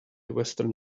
western